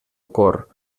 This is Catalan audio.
cor